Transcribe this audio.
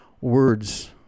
words